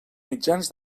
mitjans